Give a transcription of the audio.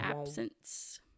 absence